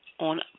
on